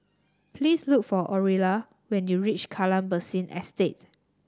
please look for Orilla when you reach Kallang Basin Estate